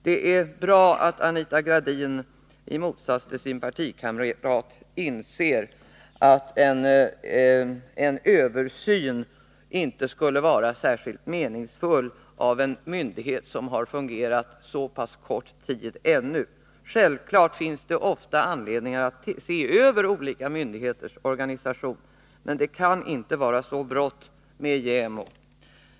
Det är bra att Anita Gradin, i motsats till sin partikamrat, inser att en översyn av den myndighet som har fungerat så pass kort tid ännu inte skulle vara särskilt meningsfull. Självfallet finns det ofta anledning att se över olika myndigheters organisation, men det kan inte vara så brått med JämO.